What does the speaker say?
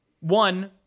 one